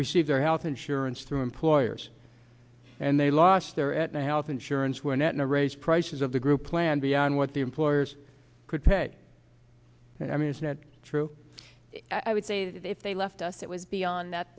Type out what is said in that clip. receive their health insurance through employers and they lost their at the health insurance were netting a raise prices of the group plan beyond what the employers could pay i mean it's not true i would say that if they left us that was beyond